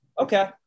Okay